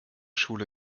schule